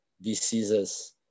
diseases